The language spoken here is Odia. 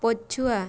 ପଛୁଆ